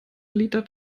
liter